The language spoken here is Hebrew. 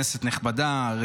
כנסת נכבדה,